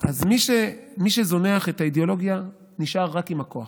אז מי שזונח את האידיאולוגיה נשאר רק עם הכוח,